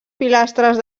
pilastres